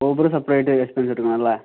Uber separate expense എടുക്കണം അല്ലേ